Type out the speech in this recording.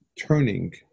turning